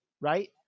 right